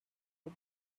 the